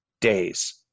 days